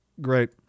great